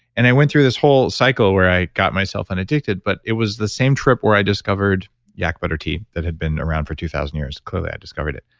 and i went through this whole cycle where i got myself and addicted, but it was the same trip where i discovered yak butter tea that had been around for two thousand years clearly, i discovered it.